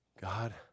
God